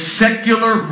secular